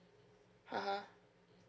uh !huh!